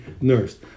nursed